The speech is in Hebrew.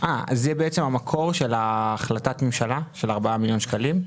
זה המקור של החלטת הממשלה על 4 מיליון שקלים.